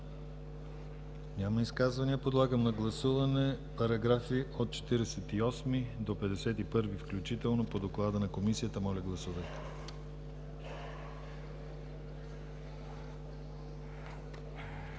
Няма. Подлагам на гласуване параграфи от 48 до 51 включително по доклада на Комисията. Гласували